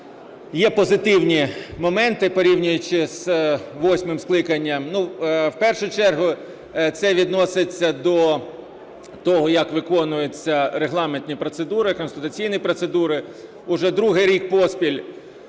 є позитивні моменти, порівнюючи з восьмим скликанням. В першу чергу це відноситься до того, як виконуються регламентні процедури, конституційні процедури, уже другий рік поспіль